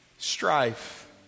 strife